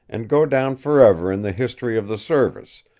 and go down forever in the history of the service,